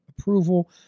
approval